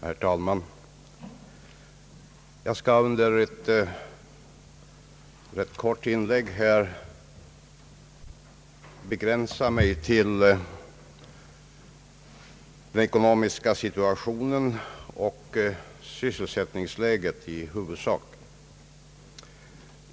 Herr talman! Jag skall i ett kort inlägg begränsa mig till i huvudsak den ekonomiska situationen och sysselsättningsläget.